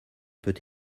peut